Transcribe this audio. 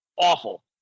awful